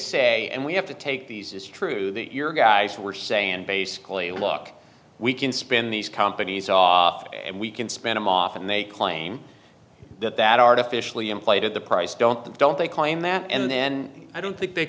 say and we have to take these is true that your guys were saying basically look we can spin these companies off and we can span him off and they claim that that artificially inflated the price don't they don't they claim that and then i don't think they